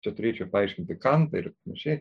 čia turėčiau paaiškinti kantą ir maršė